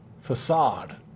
facade